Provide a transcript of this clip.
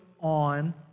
on